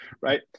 right